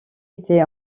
était